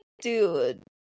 dude